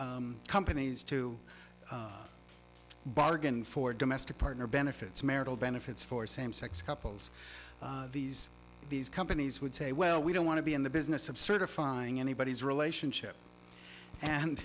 to companies to bargain for domestic partner benefits marital benefits for same sex couples these these companies would say well we don't want to be in the business of certifying anybody's relationship and